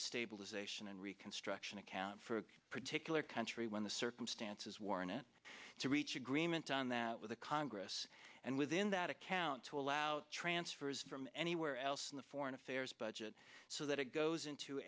a stabilization and reconstruction account for a particular country when the circumstances warrant it to reach agreement on that with the congress and within that account to allow transfers from anywhere else in the foreign affairs budget so that it goes into